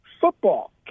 Football